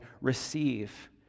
receive